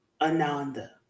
Ananda